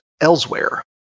elsewhere